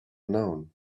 known